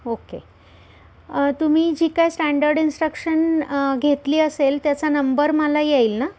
okay तुम्ही जी काय स्टँडर्ड इंस्ट्रक्शन घेतली असेल त्याचा नंबर मला येईल ना